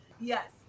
Yes